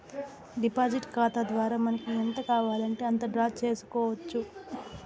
deposit ఖాతా ద్వారా మనకి ఎంత కావాలంటే అంత డ్రా చేసుకోవచ్చు